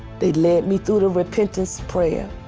they loved me through the repentance plan.